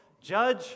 judge